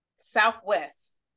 Southwest